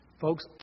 Folks